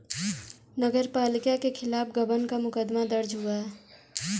नगर पालिका के खिलाफ गबन का मुकदमा दर्ज हुआ है